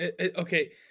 Okay